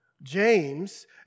James